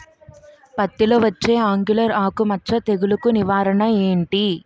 పత్తి లో వచ్చే ఆంగులర్ ఆకు మచ్చ తెగులు కు నివారణ ఎంటి?